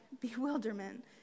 bewilderment